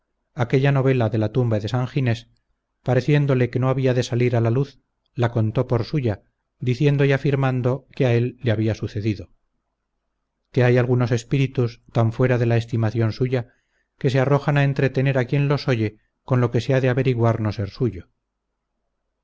aquella novela de la tumba de san ginés pareciéndole que no había de salir a luz la contó por suya diciendo y afirmando que a él le había sucedido que hay algunos espíritus tan fuera de la estimación suya que se arrojan a entretener a quien los oye con lo que se ha de averiguar no ser suyo